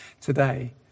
today